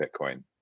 Bitcoin